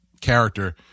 character